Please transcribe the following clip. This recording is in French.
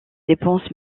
dépenses